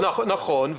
נכון.